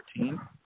2014